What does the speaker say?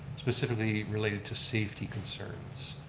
specifically related to safety concerns.